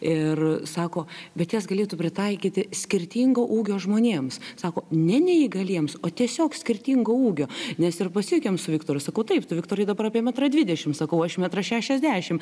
ir sako bet jas galėtų pritaikyti skirtingo ūgio žmonėms sako ne neįgaliems o tiesiog skirtingo ūgio mes ir pasijuokėm su viktoru sakau taip tu viktorai dabar apie metrą dvidešimt sakau aš metras šešiasdešimt